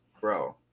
Bro